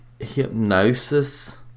hypnosis